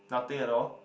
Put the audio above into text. nothing at all